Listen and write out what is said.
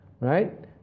Right